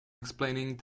explaining